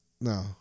No